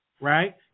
right